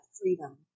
freedom